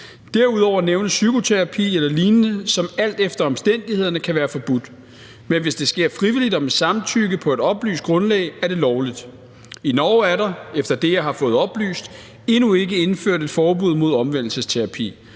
Derudover nævnes psykoterapi eller lignende, som alt efter omstændighederne kan være forbudt. Men hvis det sker frivilligt og med samtykke på et oplyst grundlag, er det lovligt. I Norge er der efter det, jeg har fået oplyst, endnu ikke indført et forbud mod omvendelsesterapi.